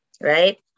Right